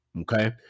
Okay